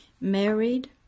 married